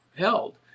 Held